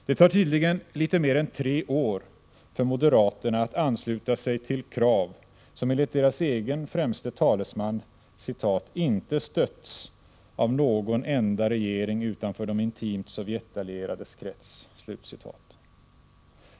Det tar tydligen litet mer än tre år för moderaterna att ansluta sig till krav som — enligt deras egen främste talesman — ”inte stötts av någon enda regering utanför de intimt Sovjetallierades krets”.